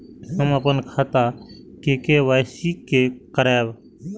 हम अपन खाता के के.वाई.सी के करायब?